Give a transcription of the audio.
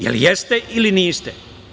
Jel jeste ili niste?